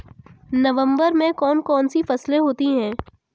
नवंबर में कौन कौन सी फसलें होती हैं?